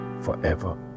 forever